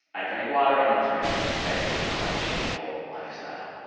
i drank water on the train and meditated on my shameful lifestyle